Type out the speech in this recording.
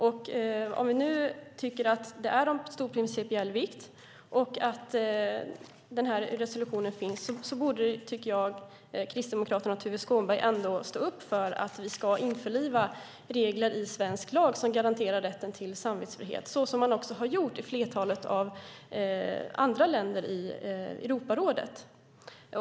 Om vi nu tycker att det är av stor principiell vikt och när den här resolutionen nu finns tycker jag att Kristdemokraterna och Tuve Skånberg borde stå upp för att vi ska införliva regler i svensk lag som garanterar rätten till samvetsfrihet, såsom man också har gjort i flertalet andra länder i Europarådet.